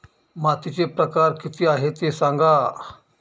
मातीचे प्रकार किती आहे ते सांगा